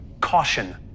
caution